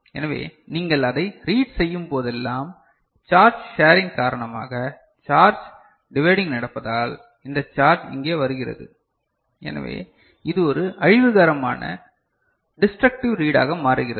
எனவே நீங்கள் அதைப் ரீட் செய்யும் போதெல்லாம் சார்ஜ் ஷேரிங் காரணமாக சார்ஜ் டிவைடிங் நடப்பதால் இந்த சார்ஜ் இங்கே வருகிறது எனவே இது ஒரு அழிவுகரமான டிஸ்டரக்டிவ் ரீடாக மாறுகிறது